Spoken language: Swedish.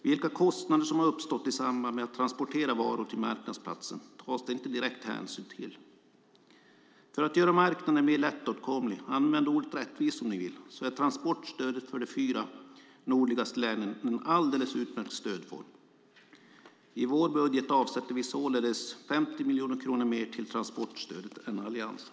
Vilka kostnader som har uppstått i samband med att transportera varor till marknadsplatsen tas det inte direkt hänsyn till. För att göra marknaden mer lättåtkomlig - använd ordet "rättvis" om ni vill - är transportstödet för de fyra nordligaste länen en alldeles utmärkt stödform. I vår budget avsätter vi således 50 miljoner kronor mer till transportstödet än Alliansen.